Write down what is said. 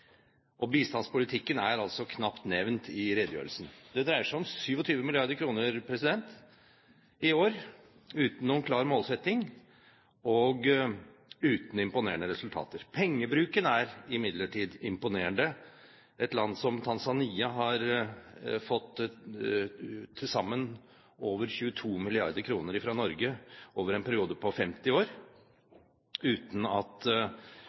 Og bistandspolitikken er knapt nevnt i redegjørelsen. Det dreier seg om 27 mrd. kr i år, uten noen klar målsetting og uten imponerende resultater. Pengebruken er imidlertid imponerende. Et land som Tanzania har fått til sammen over 22 mrd. kr fra Norge over en periode på 50 år, uten at